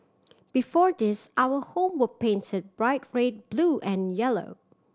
before this our home were painted bright red blue and yellow